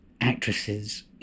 actresses